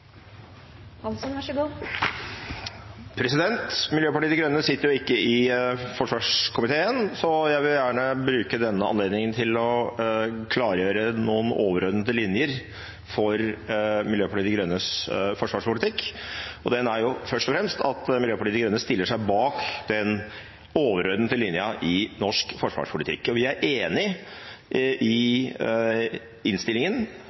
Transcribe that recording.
i forsvarskomiteen, så jeg vil gjerne bruke denne anledningen til å klargjøre noen overordnede linjer for Miljøpartiet De Grønnes forsvarspolitikk. Først og fremst: Miljøpartiet De Grønne stiller seg bak den overordnede linja i norsk forsvarspolitikk. Vi er enig i det som slås fast i innstillingen,